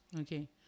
Okay